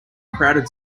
crowded